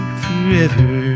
forever